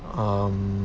um